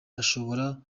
ashobora